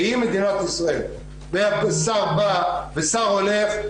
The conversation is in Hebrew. שאם מדינת ישראל ואף ששר בא ושר הולך,